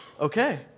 Okay